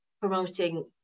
promoting